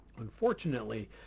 unfortunately